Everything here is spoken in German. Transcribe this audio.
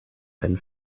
einen